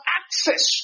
access